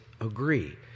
agree